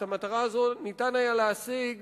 את המטרה הזו ניתן היה להשיג